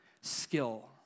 skill